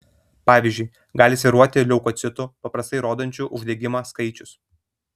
pavyzdžiui gali svyruoti leukocitų paprastai rodančių uždegimą skaičius